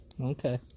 Okay